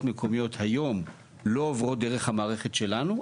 מקודמות היום לא עוברות דרך המערכת שלנו,